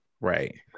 right